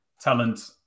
talent